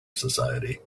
society